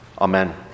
Amen